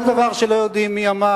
כל דבר שלא יודעים מי אמר,